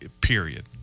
period